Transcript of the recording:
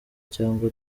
cyangwa